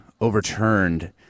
overturned